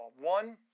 One